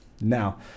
now